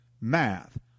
math